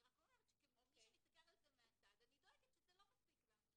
אני רק אומרת שכמי שמסתכל על זה מהצד אני דואגת שזה לא מספיק לה.